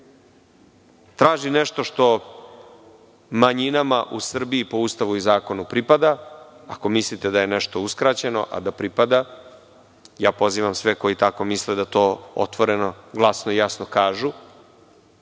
traži nešto što manjinama u Srbiji po Ustavu i zakonu pripada, ako mislite da je nešto uskraćeno, a da pripada, ja pozivam sve koji tako misle da to otvoreno, glasno i jasno kažu,